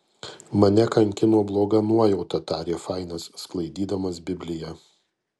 mane kankino bloga nuojauta tarė fainas sklaidydamas bibliją